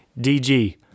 DG